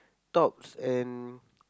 tops and